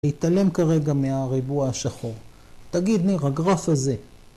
תתעלם כרגע מהריבוע השחור. ‫תגיד לי, הגרף הזה,